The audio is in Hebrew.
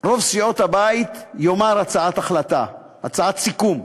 רוב סיעות הבית יאמר הצעת החלטה, הצעת סיכום,